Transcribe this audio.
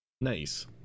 Nice